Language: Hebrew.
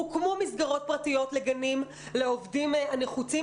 הוקמו מסגרות פרטיות של גנים לעובדים הנחוצים